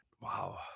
wow